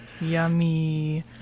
Yummy